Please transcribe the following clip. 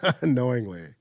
Unknowingly